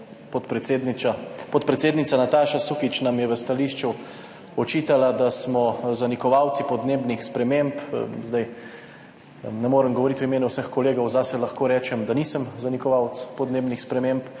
podpredsednica Nataša Sukič nam je v stališču očitala, da smo zanikovalci podnebnih sprememb. Zdaj ne morem govoriti v imenu vseh kolegov, zase lahko rečem, da nisem zanikovalec podnebnih sprememb.